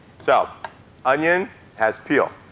so onion has peel.